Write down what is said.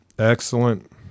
Excellent